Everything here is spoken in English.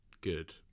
good